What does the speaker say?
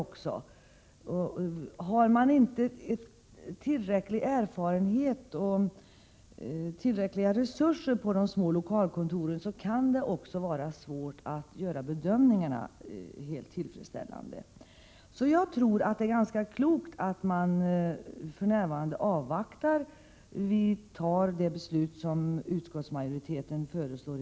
Finns det inte tillräckliga erfarenheter och resurser på de små lokalkontoren kan det vara svårt att göra tillfredsställande bedömningar. Jag tror därför att det är klokt att avvakta och fatta det beslut som utskottsmajoriteten föreslår.